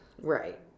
Right